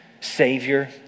savior